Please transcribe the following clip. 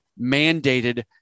mandated